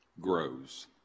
grows